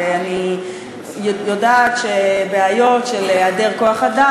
ואני יודעת שבעיות של היעדר כוח-אדם